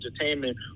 entertainment